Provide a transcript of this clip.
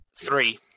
Three